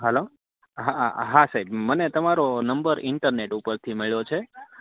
હાલો હાં હાં સાહેબ મને તમારો નંબર ઈન્ટરનેટ ઉપરથી મળ્યો છે